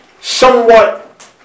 somewhat